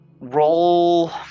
roll